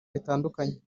ritandukanye